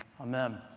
Amen